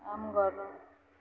काम गर्नु